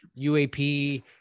UAP